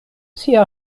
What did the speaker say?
sia